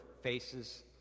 faces